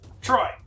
Troy